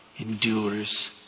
endures